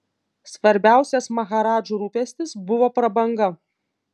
svarbiausias maharadžų rūpestis buvo prabanga